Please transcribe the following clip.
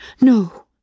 No